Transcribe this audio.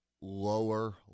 lower